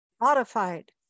modified